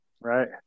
right